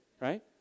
right